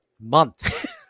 month